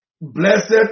Blessed